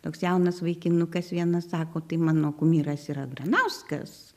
toks jaunas vaikinukas vienas sako tai mano kumyras yra granauskas